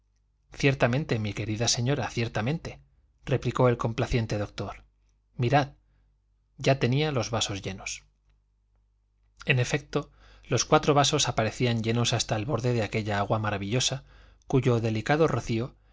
ciertamente mi querida señora ciertamente replicó el complaciente doctor mirad ya tenía los vasos llenos en efecto los cuatro vasos aparecían llenos hasta el borde de aquella agua maravillosa cuyo delicado rocío